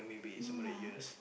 no luck